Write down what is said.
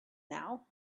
now